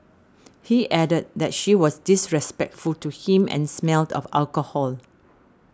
he added that she was disrespectful to him and smelled of alcohol